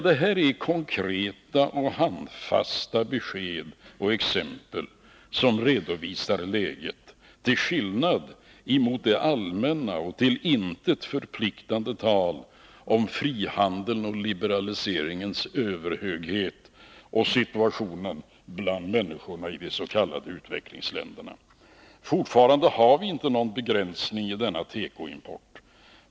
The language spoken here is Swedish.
Det här är konkreta och handfasta besked och exempel som redovisar läget, till skillnad från det allmänna och till intet förpliktande talet om frihandelns och liberaliseringens överhöghet och situationen bland människorna i de s.k. utvecklingsländerna. Fortfarande har vi inte någon begränsning i denna tekoimport.